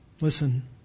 Listen